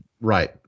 right